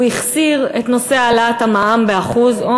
הוא החסיר את נושא העלאת המע"מ ב-1% או,